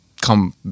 come